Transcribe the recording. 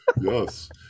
yes